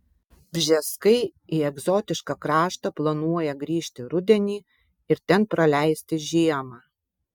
bžeskai į egzotišką kraštą planuoja grįžti rudenį ir ten praleisti žiemą